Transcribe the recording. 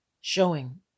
showing